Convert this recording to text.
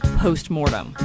post-mortem